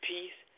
Peace